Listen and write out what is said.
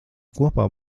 kopā